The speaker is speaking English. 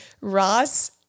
Ross